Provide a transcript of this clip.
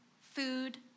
food